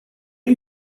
are